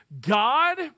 God